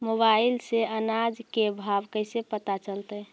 Mobile से अनाज के भाव कैसे पता चलतै?